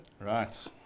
Right